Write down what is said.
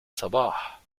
صباح